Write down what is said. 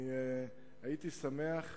הייתי שמח,